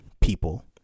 people